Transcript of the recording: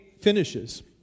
finishes